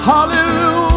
Hallelujah